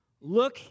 look